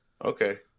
Okay